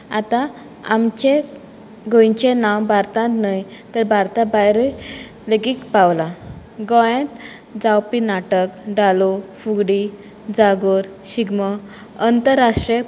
आतां आमचें गोंयचें नांव भारतांत न्हय तर भारता भायरूय लेगीत पावलां गोंयांत जावपी नाटक धालो फुगडी जागोर शिगमो अंतराष्ट्रीय